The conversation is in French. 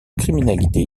criminalité